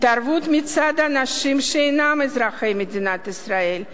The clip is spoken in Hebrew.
התערבות מצד אנשים שאינם אזרחי מדינת ישראל,